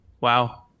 Wow